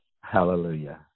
Hallelujah